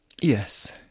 Yes